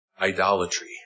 idolatry